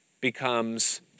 becomes